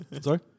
Sorry